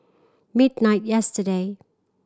midnight yesterday